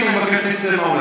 שב במקומך.